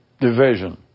division